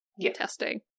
testing